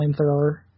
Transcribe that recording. flamethrower